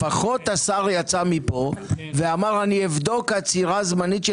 לפחות השר יצא מפה ואמר: אבדוק עצירה זמנית של